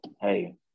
hey